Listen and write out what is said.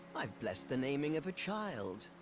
i've blessed the naming of a child.